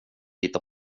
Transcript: lita